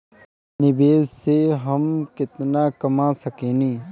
निवेश से हम केतना कमा सकेनी?